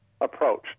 approach